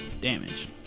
damage